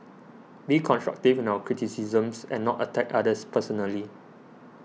be constructive in our criticisms and not attack others personally